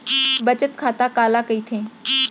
बचत खाता काला कहिथे?